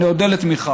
אני אודה על תמיכה.